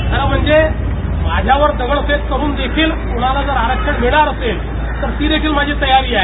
खरं म्हणजे माझ्यावर दगडफेक करून देखील कुणाला जर आरक्षण मिळणार असेल तर ती देखील माझी तयारी आहे